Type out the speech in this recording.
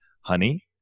honey